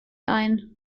ein